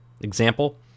example